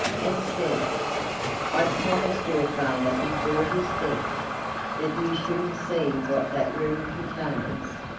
and said i promised your father before his death that you shouldn't see what that room contains.